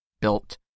built